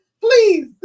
Please